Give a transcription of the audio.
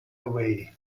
away